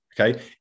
Okay